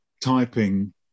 typing